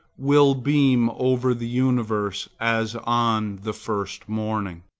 will beam over the universe as on the first morning.